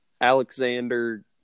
Alexander